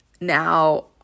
now